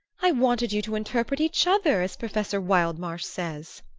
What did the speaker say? i wanted you to interpret each other, as professor wildmarsh says!